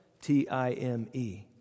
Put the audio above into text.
T-I-M-E